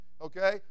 okay